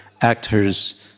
actors